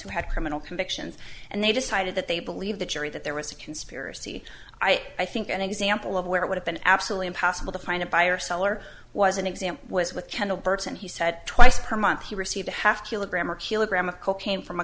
who had criminal convictions and they decided that they believe the jury that there was a conspiracy i think an example of where it would have been absolutely impossible to find a buyer seller was an example was with kendall burton he said twice per month he received